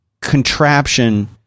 contraption